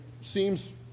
seems